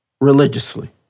Religiously